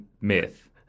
myth